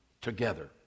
together